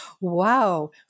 Wow